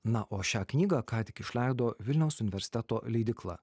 na o šią knygą ką tik išleido vilniaus universiteto leidykla